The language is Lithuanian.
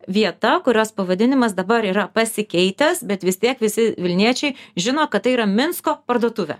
vieta kurios pavadinimas dabar yra pasikeitęs bet vis tiek visi vilniečiai žino kad tai yra minsko parduotuvė